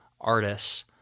artists